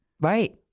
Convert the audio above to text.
right